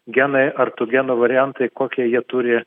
genai ar tų genų variantai kokie jie turi